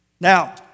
Now